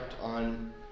on